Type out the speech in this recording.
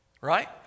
right